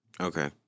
Okay